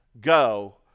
go